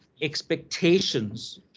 expectations